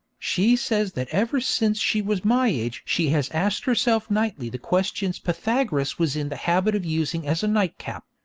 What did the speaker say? she says that ever since she was my age she has asked herself nightly the questions pythagoras was in the habit of using as a nightcap